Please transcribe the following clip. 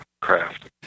craft